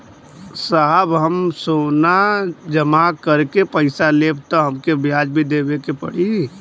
साहब हम सोना जमा करके पैसा लेब त हमके ब्याज भी देवे के पड़ी?